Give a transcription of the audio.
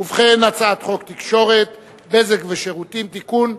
ובכן, הצעת חוק התקשורת (בזק ושידורים) (תיקון,